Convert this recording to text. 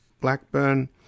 Blackburn